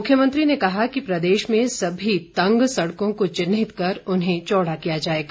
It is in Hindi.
मुख्यमंत्री ने कहा कि प्रदेश में सभी तंग सड़कों को चिन्हित कर उन्हें चौड़ा किया जाएगा